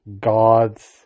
God's